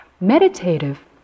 Meditative